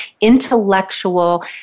intellectual